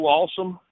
awesome